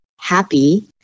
happy